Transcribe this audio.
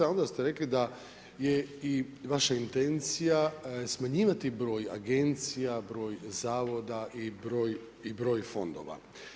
Onda ste rekli da je i vaša intencija smanjivati broj agencija, broj zavoda i broj fondova.